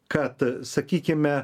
kad sakykime